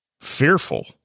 fearful